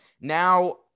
Now